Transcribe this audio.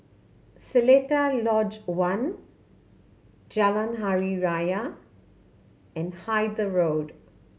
Seletar Lodge One Jalan Hari Raya and Hythe Road